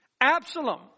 Absalom